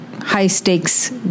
high-stakes